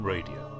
Radio